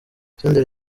senderi